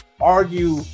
argue